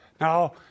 Now